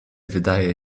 wydaje